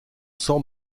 san